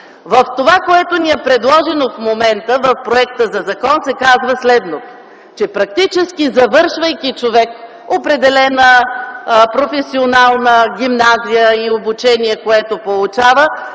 В това, което ни е предложено в момента в законопроекта, се казва следното – че практически завършвайки човек определена професионална гимназия и обучение, което получава,